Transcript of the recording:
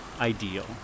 ideal